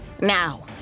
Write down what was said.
Now